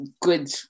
good